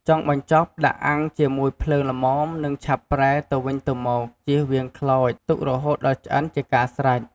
ចុងបញ្ចប់ដាក់អាំងជាមួយភ្លើងល្មមនិងឆាប់ប្រែទៅវិញទៅមក ជៀសវាងខ្លោច ទុករហូតដល់ឆ្អិនជាការស្រេច។